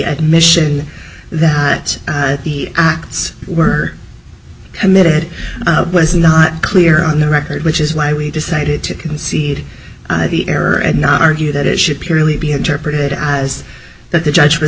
admission that the acts were committed was not clear on the record which is why we decided to concede the error and not argue that it should purely be interpreted as that the judge was